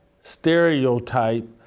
stereotype